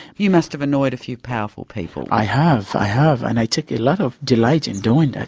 you must've annoyed a few powerful people. i have, i have, and i take a lot of delight in doing that,